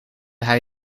hij